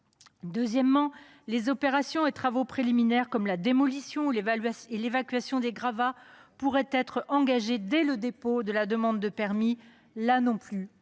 Deuxièmement, les opérations et travaux préliminaires, comme la démolition ou l’évacuation des gravats, pourraient être engagés dès le dépôt de la demande de permis. Là non plus,